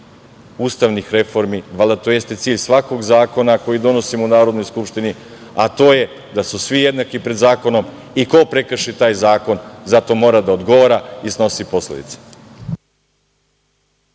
ustavnih reformi. Valjda to jeste cilj svakog zakona koji donosimo u Narodnoj skupštini, a to je da su svi jednaki pred zakonom, a ko prekrši taj zakon za to mora da odgovara i snosi posledice.